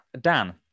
dan